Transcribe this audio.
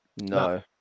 No